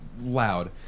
loud